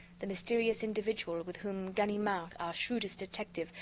the mysterious individual with whom ganimard, our shrewdest detective,